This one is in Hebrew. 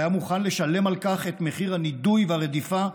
והיה מוכן לשלם על כך את מחיר הנידוי והרדיפה,